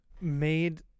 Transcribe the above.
made